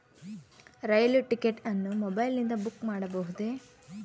ರೈಲು ticket ಅನ್ನು ಮೊಬೈಲಿಂದ book ಮಾಡಬಹುದೆ?